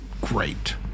great